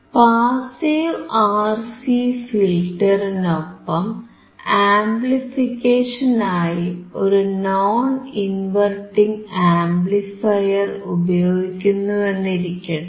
passive RC ഫിൽറ്ററിനൊപ്പം ആംപ്ലിഫിക്കേഷനായി ഒരു നോൺ ഇൻവെർട്ടിംഗ് ആംപ്ലിഫയർ ഉപയോഗിക്കുന്നുവെന്നിരിക്കട്ടെ